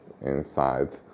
inside